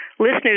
Listeners